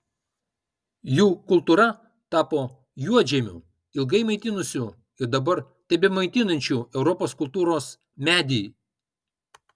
jų kultūra tapo juodžemiu ilgai maitinusiu ir dabar tebemaitinančiu europos kultūros medį